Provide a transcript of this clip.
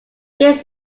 this